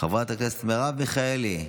חברת הכנסת מרב מיכאלי,